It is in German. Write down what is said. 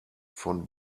von